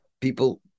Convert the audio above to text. people